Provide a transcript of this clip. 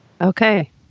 Okay